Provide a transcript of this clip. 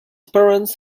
parents